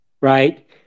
right